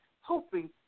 hoping